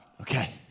Okay